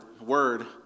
word